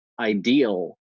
ideal